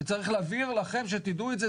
וצריך להבהיר לכם שתדעו את זה,